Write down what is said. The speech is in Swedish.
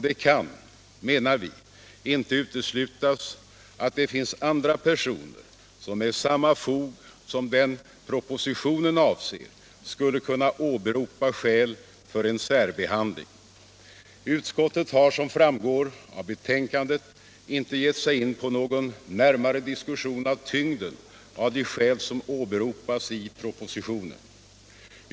Det kan, menar vi, inte uteslutas att det finns andra personer som med samma fog som den person som propositionen avser skulle kunna åberopa skäl för en särbehandling. Utskottet har som framgår av betänkandet inte givit sig in på någon närmare diskussion om tyngden av de skäl som åberopas i propositionen.